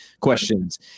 questions